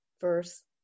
verse